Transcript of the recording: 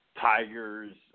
tigers